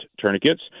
tourniquets